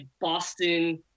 Boston